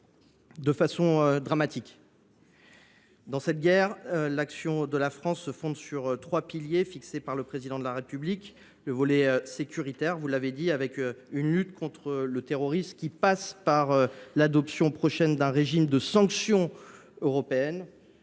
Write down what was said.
de façon dramatique. Dans cette guerre, l’action de la France se fonde sur trois volets, qui ont été fixés par le Président de la République. Le volet sécuritaire, tout d’abord. La lutte contre le terrorisme passe notamment par l’adoption prochaine d’un régime de sanctions européennes